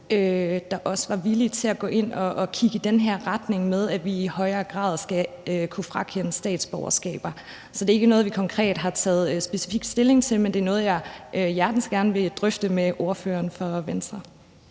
der også var villige til at gå ind og kigge i retning af, at vi i højere grad skal kunne frakende statsborgerskaber. Så det er ikke noget, vi konkret har taget specifik stilling til, men det er noget, jeg hjertens gerne vil drøfte med ordføreren for Venstre.